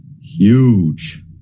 huge